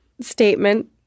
Statement